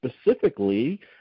specifically